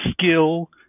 skill